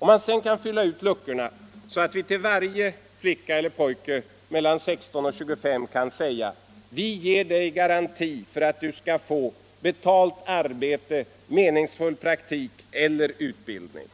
Fyll sedan ut luckorna så att vi till varje flicka eller pojke på mellan 16 och 25 år kan säga: Vi ger dig garanti för att du skall få betalt arbete, meningsfull praktik eller utbildning.